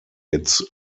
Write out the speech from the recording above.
its